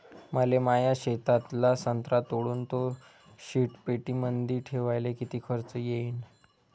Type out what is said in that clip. मले माया शेतातला संत्रा तोडून तो शीतपेटीमंदी ठेवायले किती खर्च येईन?